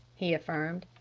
he affirmed.